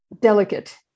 delicate